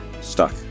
stuck